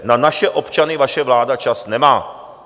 Na naše občany vaše vláda čas nemá.